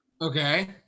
Okay